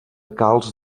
calç